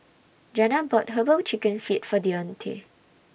Janna bought Herbal Chicken Feet For Dionte